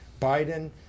Biden